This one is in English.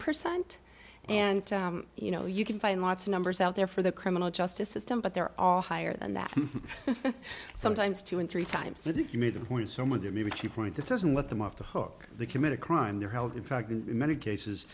percent and you know you can find lots of numbers out there for the criminal justice system but they're all higher than that sometimes two and three times if you made a point somewhere that maybe she pointed doesn't let them off the hook they commit a crime they're held in fact in many cases